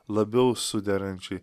labiau suderančiai